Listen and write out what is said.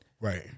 Right